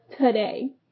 today